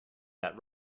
that